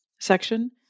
section